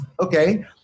Okay